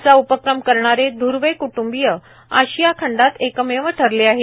असा उपक्रम करणारे ध्र्वे क्ट्ंबीय आशिया खंडात एकमेव ठरले आहे